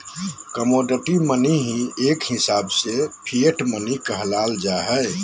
commodity money ही एक हिसाब से फिएट मनी कहला हय